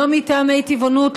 לא מטעמי טבעונות,